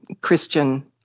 Christian